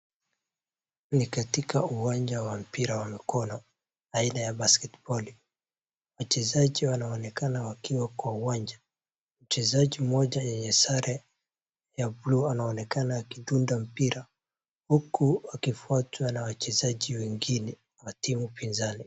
Ni katika uwanja wa mpira wa mikono aina ya basketball . Wachezaji wanaonekana wakiwa kwa uwanja. Mchezaji mmoja yenye sare ya blue anaonekana akitunda mpira huku akifuatwa na wachezaji wengine wa timu pinzani.